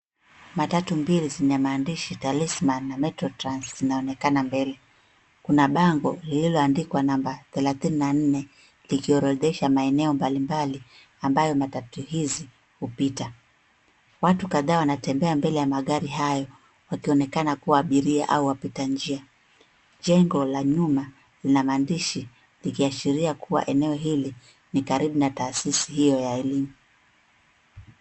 Matatu mbili zina maandishi talisman na metro trans zinaonekana mbele, kuna bango lililoandikwa namba thelathini na nne ikirodhesha maeneo mbali mbali ambayo matatu hizi hupita ,watu kadhaa wanatembea mbele ya magari hayo wakionekana kuwa abiria au wapita njia jengo la nyuma lina maandishi ikiashiria kuwa eneo hili ni karibu na taasisi hiyo ya elimu.